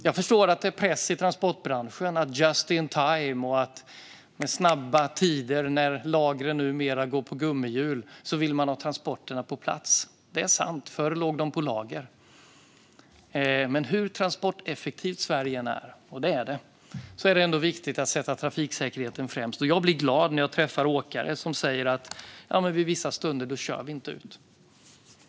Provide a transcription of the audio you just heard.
Jag förstår att det är press i transportbranschen med just-in-time och snabba tider, och när lagren numera går på gummihjul vill man ha transporterna på plats. Förr låg de ju på lager. Men hur transporteffektivt Sverige än är, och det är det, är det viktigt att sätta transportsäkerheten främst. Jag blir glad när jag träffar åkare som säger: Vi kör inte ut vid vissa stunder.